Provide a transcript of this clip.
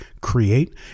create